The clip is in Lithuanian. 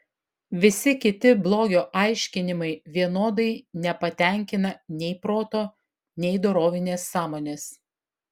visi kiti blogio aiškinimai vienodai nepatenkina nei proto nei dorovinės sąmonės